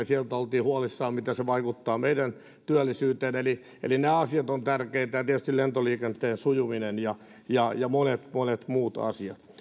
sieltä oltiin huolissaan siitä miten se vaikuttaa meidän työllisyyteemme eli eli nämä asiat ovat tärkeitä ja tietysti lentoliikenteen sujuminen ja ja monet monet muut asiat